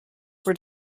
were